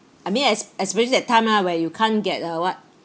I mean es~ especially that time ah where you can't get uh what